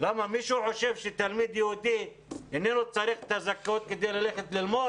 מישהו חושב שתלמיד יהודי איננו צריך את הזכאות כדי ללכת ללמוד?